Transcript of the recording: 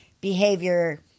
behavior